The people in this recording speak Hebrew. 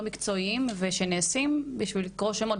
לא מקצועיים ושנעשים בשביל לקרוא שמות,